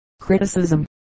Criticism